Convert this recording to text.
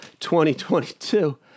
2022